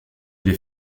des